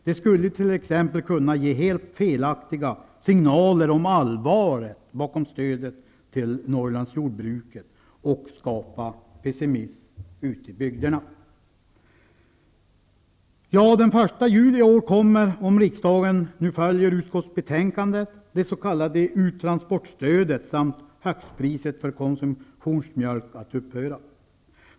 Det skulle t.ex. kunna ge helt felaktiga signaler om allvaret bakom stödet till Norrlandsjordbruket och skapa pessismism ute i bygderna. Den 1 juli i år kommer, om riksdagen följer utskottsbetänkandet, det s.k. uttransportstödet samt högstpriset för konsumtionsmjölk att upphöra.